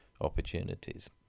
opportunities